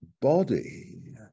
body